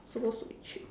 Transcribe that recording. supposed to be cheap